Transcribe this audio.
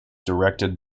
directed